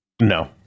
No